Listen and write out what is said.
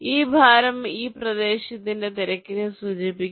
ഈ ഭാരം ആ പ്രദേശത്തിന്റെ തിരക്കിനെ സൂചിപ്പിക്കുന്നു